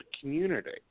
community